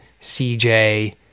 CJ